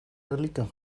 relieken